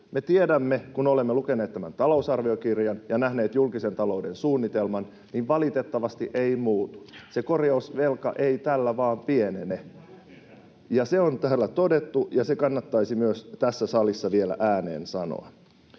Me tiedämme, kun olemme lukeneet tämän talousarviokirjan ja nähneet julkisen talouden suunnitelman, että valitettavasti ei muutu. Se korjausvelka ei tällä pienene. [Mikko Savola: Sehän lukee täällä!] Se on täällä todettu, ja se kannattaisi myös tässä salissa vielä ääneen sanoa.